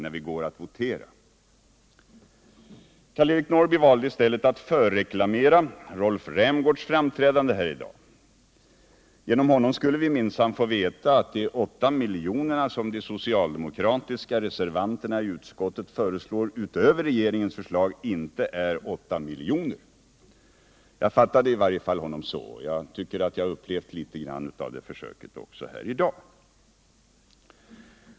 Karl-Eric Norrby valde i stället att förreklamera Rolf Rämgårds framträdande här i dag. Av honom skulle vi minsann få veta att de 8 miljonerna, som de socialdemokratiska reservanterna i utskottet föreslår utöver regeringens förslag, i verkligheten inte är 8 miljoner. I varje fall fattade jag honom så.